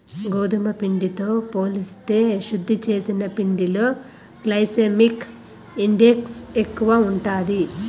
గోధుమ పిండితో పోలిస్తే శుద్ది చేసిన పిండిలో గ్లైసెమిక్ ఇండెక్స్ ఎక్కువ ఉంటాది